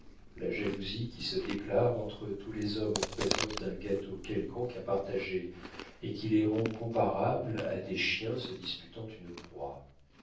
la jalousie qui se déclare entre tous les hommes en présence d'un gâteau quelconque à partager et qui les rend comparables à des chiens se disputant une proie